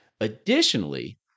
Additionally